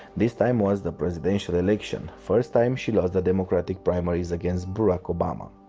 this time was the presidential election, first time she lost the demcratic primaries against barack obama.